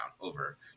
over